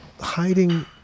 hiding